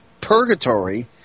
purgatory